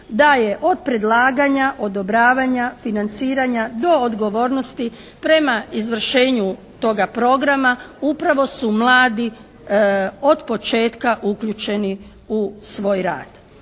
da je od predlaganja, odobravanja, financiranja, do odgovornosti prema izvršenju toga programa upravo su mladi od početka uključeni u svoj rad.